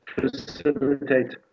facilitate